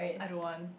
I don't want